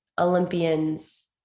Olympians